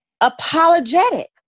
apologetic